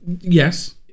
Yes